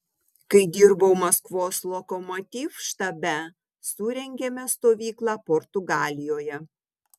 kai dirbau maskvos lokomotiv štabe surengėme stovyklą portugalijoje